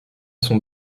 son